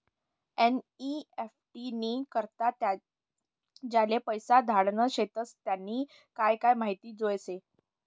NEFT नी करता ज्याले पैसा धाडना शेतस त्यानी काय काय माहिती जोयजे